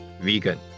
vegan